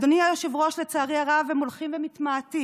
אדוני היושב-ראש, לצערי הרב הם הולכים ומתמעטים,